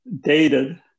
dated